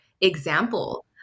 example